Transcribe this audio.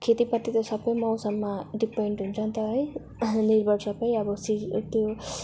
खेतीपाती त सबै मौसममा डिपेन्ड हुन्छ नि त है लेबर सबै अब सी त्यो